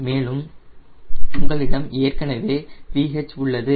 மேலும் உங்களிடம் ஏற்கனவே VH உள்ளது